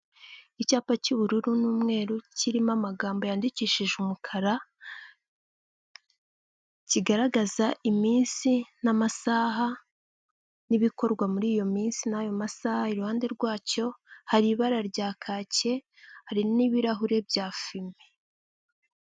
Icyapa cy'ubururu n'umweru kirimo amagambo yandikishije umukara, kigaragaza iminsi n'amasaha n'ibikorwa muri iyo minsi n'ayo masaha, i ruhande rwacyo hari ibara rya kake, hari n'ibirahure bya fime.